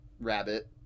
rabbit